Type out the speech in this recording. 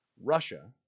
russia